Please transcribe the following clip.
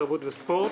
תרבות וספורט,